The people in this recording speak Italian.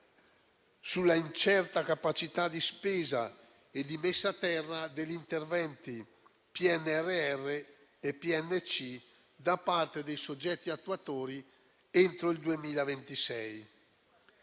sull'incerta capacità di spesa e di messa a terra degli interventi PNRR e PNC da parte dei soggetti attuatori entro il 2026.